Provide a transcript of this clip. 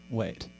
wait